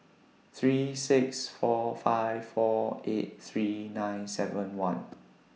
three six four five four eight three nine seven one